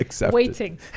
waiting